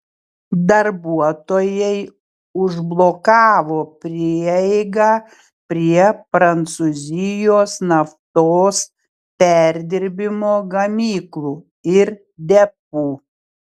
darbuotojai užblokavo prieigą prie prancūzijos naftos perdirbimo gamyklų ir depų